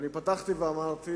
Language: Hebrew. אני פתחתי ואמרתי